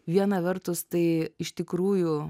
viena vertus tai iš tikrųjų